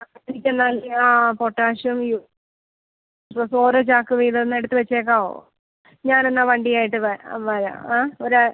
അപ്പോഴത്തേക്ക് എന്നാൽ ആ പൊട്ടാഷ്യം യുട്രസും ഓരോ ചാക്ക് വീതം ഒന്ന് എടുത്ത് വെച്ചേക്കാവോ ഞാൻ എന്നാൽ വണ്ടിയുമായിട്ട് വരാം ആ ഒരു